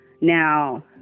Now